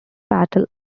battle